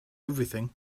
everything